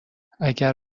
اگر